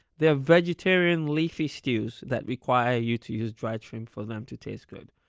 there are vegetarian leafy stews that require you to use dry shrimp for them to taste good.